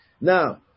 Now